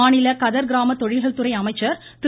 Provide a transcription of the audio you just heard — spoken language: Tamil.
மாநில கதர் கிராமத் தொழில்கள் துறை அமைச்சர் திரு